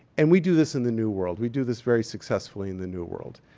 and we do this in the new world. we do this very successfully in the new world.